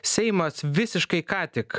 seimas visiškai ką tik